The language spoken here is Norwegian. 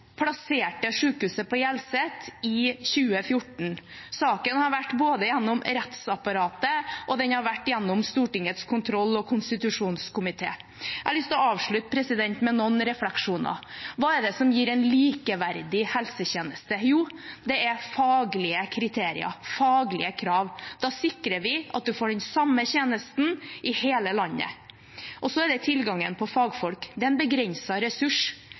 plasserte sykehuset på Hjelset i 2014. Saken har vært gjennom både rettsapparatet og Stortingets kontroll- og konstitusjonskomité. Jeg har lyst til å avslutte med noen refleksjoner. Hva er det som gir en likeverdig helsetjeneste? Jo, det er faglige kriterier, faglige krav. Da sikrer vi at man får den samme tjenesten i hele landet. Og så er det tilgangen på fagfolk. Det er en begrenset ressurs.